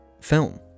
film